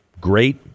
great